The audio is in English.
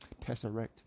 tesseract